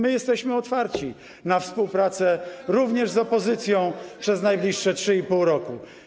My jesteśmy otwarci na współpracę, również z opozycją, przez najbliższe 3,5 roku.